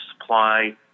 supply